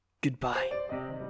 Goodbye